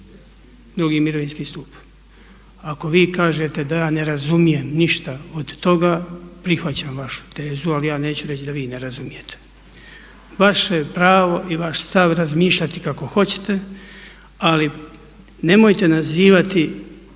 drugi mirovinski stup. Ako vi kažete da ja ne razumijem ništa od toga prihvaćam vašu tezu ali ja neću reći da vi ne razumijete. Vaše pravo i vaš stav razmišljati kako hoćete ali nemojte nazivati